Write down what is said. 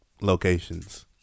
locations